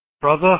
brother